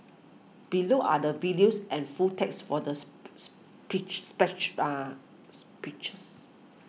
below are the videos and full text for the speech are speeches